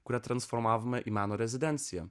kurią transformavome į meno rezidenciją